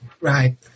Right